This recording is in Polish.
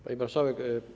Pani Marszałek!